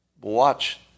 Watch